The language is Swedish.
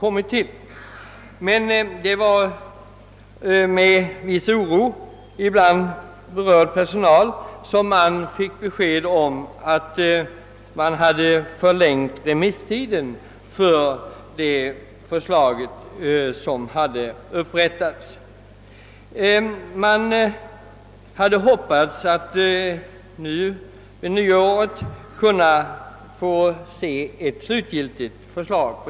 Det var med en viss oro som den berörda personalen fick besked om att remisstiden förlängts för det upprättade förslaget. Man hade hoppats att på nyåret få ett slutgiltigt förslag.